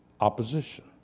opposition